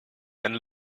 and